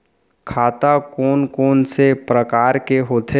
खाता कोन कोन से परकार के होथे?